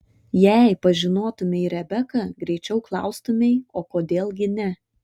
jei pažinotumei rebeką greičiau klaustumei o kodėl gi ne